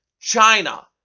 China